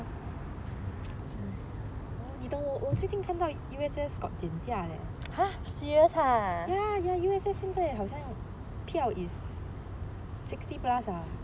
你懂我我最近看到 U_S_S got 减价 leh ya ya U_S_S 现在好像票 is sixty plus ah